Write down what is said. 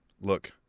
Look